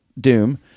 Doom